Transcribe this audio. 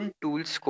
tools